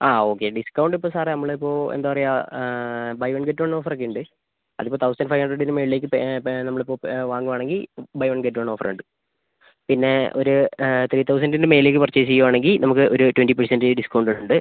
ആ okay discount ഇപ്പോൾ സാറേ നമ്മൾ ഇപ്പം എന്താണ് പറയുക buy one get one offer ഒക്കെ ഉണ്ട് അത് ഇപ്പം തൗസൻഡ് ഫൈവ് ഹണ്ട്രഡിന് മുകളിലേക്ക് പേ പേ നമ്മൾ ഇപ്പം വാങ്ങുവാണെങ്കിൽ buy one get one offer ഉണ്ട് പിന്നെ ഒരു ത്രീ തൗസൻഡിന് മേലേക്ക് പർച്ചേസ് ചെയ്യുവാണെങ്കിൽ നമുക്ക് ഒരു ട്വൻറ്റി പെർസെൻറ്റേജ് ഡിസ്കൗണ്ട് ഉണ്ട്